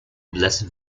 blessed